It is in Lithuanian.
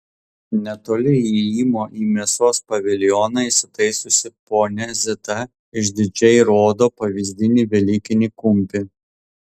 netoli įėjimo į mėsos paviljoną įsitaisiusi ponia zita išdidžiai rodo pavyzdinį velykinį kumpį